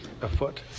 afoot